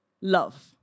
love